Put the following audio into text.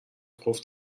خوف